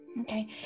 Okay